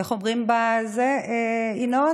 איך אומרים, ינון,